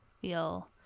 feel